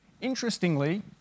interestingly